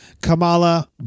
Kamala